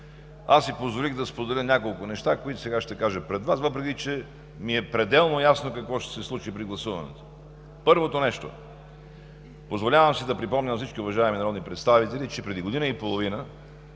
аз си позволих да кажа няколко неща, които сега ще кажа и пред Вас, въпреки че ми е пределно ясно какво ще се случи при гласуването. Първо, позволявам си да припомня на всички уважаеми народни представители, че преди година и половина